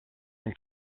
from